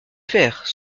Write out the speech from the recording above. faire